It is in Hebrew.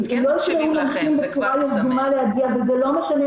אם לא יקראו לנשים בצורה יזומה להגיע וזה לא משנה